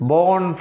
Born